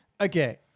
Okay